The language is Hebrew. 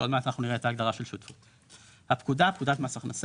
שעוד מעט אנחנו נראה את ההגדרה של שותפות "הפקודה" פקודת מס הכנס,